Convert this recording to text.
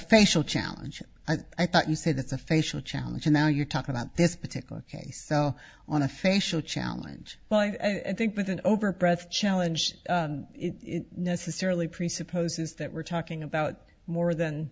facial challenge i thought you said it's a facial challenge and now you're talking about this particular case on a facial challenge well i think with an over breath challenge necessarily presupposes that we're talking about more than